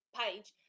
page